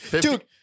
Dude